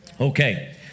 Okay